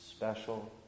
Special